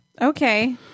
Okay